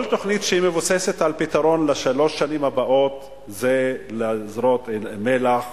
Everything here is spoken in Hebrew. כל תוכנית שמבוססת על פתרון לשלוש השנים הבאות זה לזרות מלח